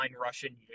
Russian